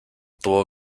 tuvo